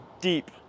deep